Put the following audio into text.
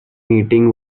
meeting